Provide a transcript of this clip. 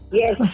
yes